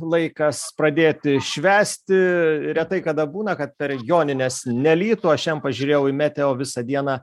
laikas pradėti švęsti retai kada būna kad per jonines nelytų aš šian pažiūrėjau į meteo visą dieną